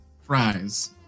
fries